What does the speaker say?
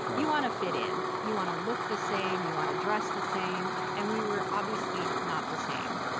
you want to fit in. you want to look the same, you want to dress the same. and we were obviously not the same,